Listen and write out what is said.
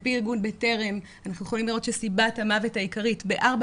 על פי ארגון "בטרם" אנחנו יכולים לראות שסיבת המוות העיקרית בארבע